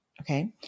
okay